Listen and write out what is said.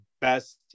best